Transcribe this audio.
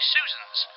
Susans